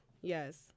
yes